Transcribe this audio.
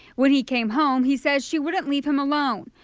when he came home, he says she wouldn't leave him alone.